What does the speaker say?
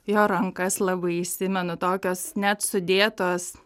jo rankas labai įsimenu tokios net sudėtos